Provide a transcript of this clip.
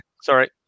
Sorry